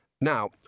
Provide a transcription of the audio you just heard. Now